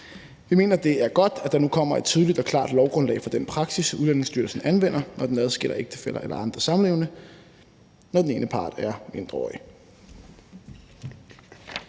Vi mener, det er godt, at der nu kommer et tydeligt og klart lovgrundlag for den praksis, Udlændingestyrelsen anvender, når den adskiller ægtefæller eller andre samlevende, når den ene part er mindreårig.